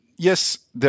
Yes